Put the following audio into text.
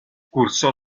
cursó